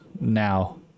now